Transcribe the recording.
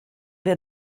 wir